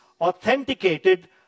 authenticated